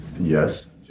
Yes